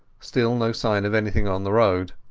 still no sign of anything on the road.